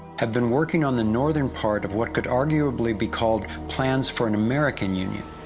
have been working on the northern part of what could arguably be called plans for an american union.